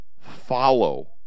follow